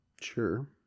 Sure